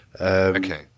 okay